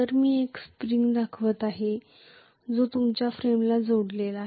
तर मी एक स्प्रिंग दाखवत आहे जो तुमच्या फ्रेमला जोडलेला आहे